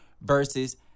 versus